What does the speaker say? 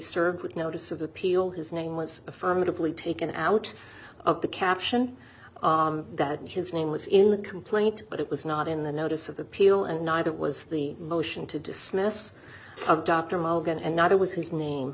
served with notice of appeal his name was affirmatively taken out of the caption that his name was in the complaint but it was not in the notice of appeal and neither was the motion to dismiss dr mogen and neither was his name